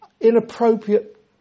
inappropriate